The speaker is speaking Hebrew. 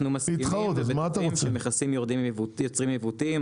אנחנו מסכימים ובטוחים שמכסים יוצרים עיוותים.